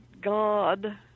God